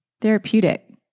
therapeutic